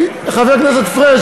חבר הכנסת פריג',